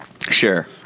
Sure